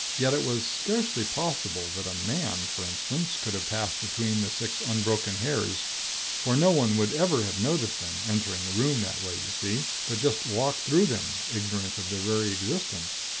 yet, it was scarcely possible that a man, for instance, could have passed between the six unbroken hairs for no one would ever have noticed them, entering the room that way, you see but just walked through them, ignorant of their very existence.